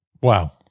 Wow